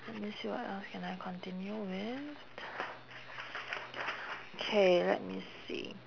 let me see what else can I continue with K let me see